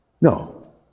No